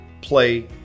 play